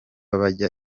bajya